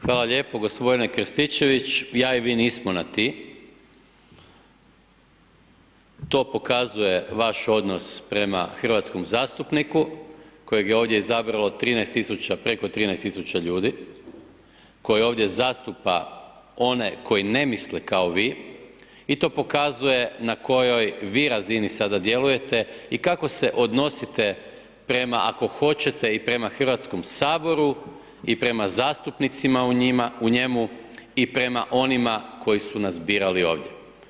Hvala lijepo. g. Krstičević, ja i vi nismo na ti, to pokazuje vaš odnos prema hrvatskom zastupniku kojeg je ovdje izabralo 13000, preko 13000 ljudi, koji ovdje zastupa one koji ne misle kao vi i to pokazuje na kojoj vi razini sada djelujete i kako se odnosite prema, ako hoćete i prema HS i prema zastupnicima u njima, u njemu i prema onima koji su nas birali ovdje.